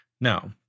Now